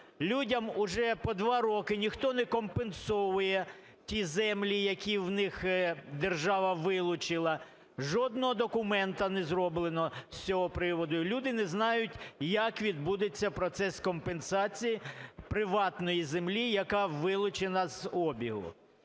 Людям вже по 2 роки ніхто не компенсовує ті землі, які в них держава вилучила. Жодного документа не зроблено з цього приводу. І люди не знають, як відбудеться процес компенсації приватної землі, яка вилучена з обігу.